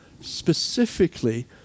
Specifically